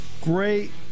Great